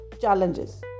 challenges